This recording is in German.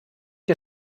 der